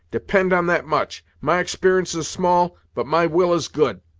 depend on that much. my exper'ence is small, but my will is good.